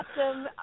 awesome